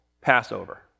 Passover